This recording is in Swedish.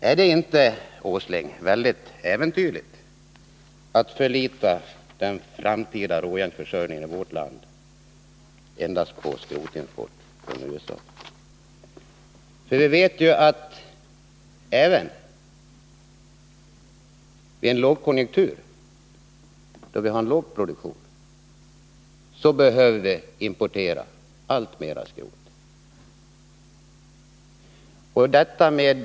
Är det inte, herr Åsling, väldigt äventyrligt att, när det gäller den framtida råjärnsförsörjningen i vårt land, förlita sig endast på skrotimport från USA? Vi vet ju att vi även i en lågkonjunktur, då vi har låg produktion, behöver importera alltmer skrot.